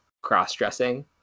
cross-dressing